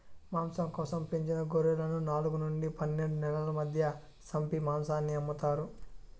మాంసం కోసం పెంచిన గొర్రెలను నాలుగు నుండి పన్నెండు నెలల మధ్య సంపి మాంసాన్ని అమ్ముతారు